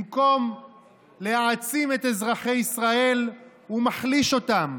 במקום להעצים את אזרחי ישראל, הוא מחליש אותם.